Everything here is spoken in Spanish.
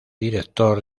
director